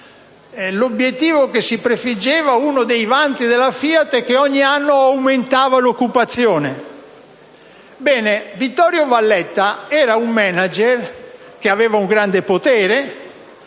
L'obiettivo che si prefiggeva, uno dei vanti della FIAT, era che ogni anno si aumentasse l'occupazione. Ebbene, Vittorio Valletta era un *manager* che aveva un grande potere,